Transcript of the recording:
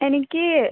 എനിക്ക്